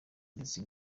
ndetse